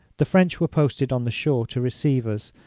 the french were posted on the shore to receive us,